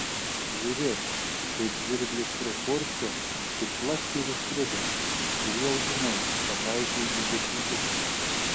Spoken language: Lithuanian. žiūrėk kaip žvirblis pro fortkę tik plast ir įskrido ir jau žinai pataikei į dešimtuką